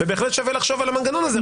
ובהחלט שווה לחשוב על המנגנון הזה.